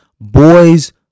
boys